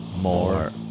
more